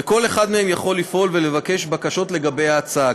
וכל אחד מהם יכול לפעול ולבקש בקשות לגבי ההצעה,